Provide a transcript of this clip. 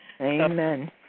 Amen